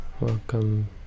Welcome